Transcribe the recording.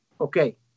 okay